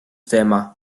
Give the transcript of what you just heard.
teema